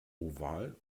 oval